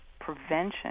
prevention